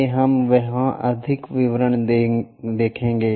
आइए हम वहां अधिक विवरण देखें